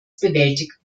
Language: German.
bewältigt